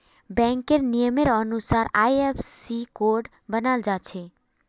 बैंकेर नियमेर अनुसार आई.एफ.एस.सी कोड बनाल जाछे